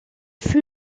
fut